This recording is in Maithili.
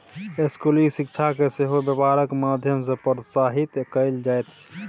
स्कूली शिक्षाकेँ सेहो बेपारक माध्यम सँ प्रोत्साहित कएल जाइत छै